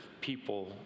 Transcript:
people